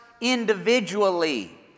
individually